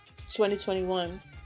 2021